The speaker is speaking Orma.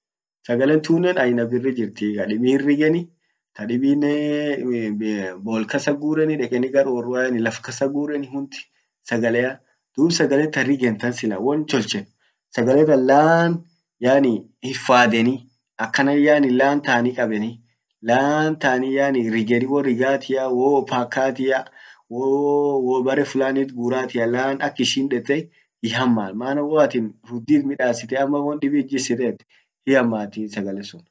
Sagale tunnen aina birri jirtii. kadibin hinriganii tadibinnen bool kasa guranii deqeni gar orrua yani laf kasa gurani hund sagalea. dum sagale ta rigen tan sila won tolchan sagale tan laan yani hifadani akanan yani laan tani qabani laan tani yani rigeni wo rigatia wo wopakatia wo wobere flanit guratia laan ak ishin dette hiaman mana woatin ruddi itmidasite ama won dibi it jissitet hiamatii sagalen sun.